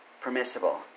permissible